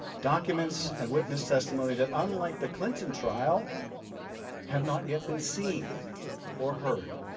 documents and eyewitness testimony that unlike the clinton trial have not yet been seen or heard.